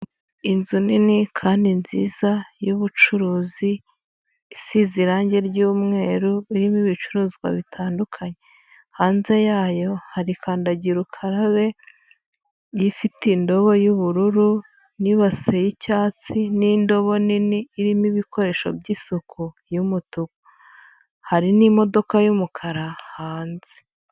Inzu nini kandi nziza y'ubucuruzi isize irange ry'umweru irimo ibicuruzwa bitandukanye. Hanze yayo hari kandagira ukarabe ifite indobo y'ubururu n'ibase y'icyatsi, n'indobo nini irimo ibikoresho by'isuku y'umutuku. Hari n'imodoka y'umukara hanze.